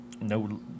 no